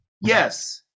yes